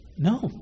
No